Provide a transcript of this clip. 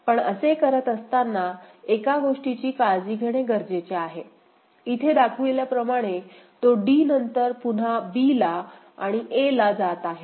पण असे करत असताना एका गोष्टीची काळजी घेणे गरजेचे आहे इथे दाखविल्याप्रमाणे तो d नंतर पुन्हा b ला आणि a ला जात आहे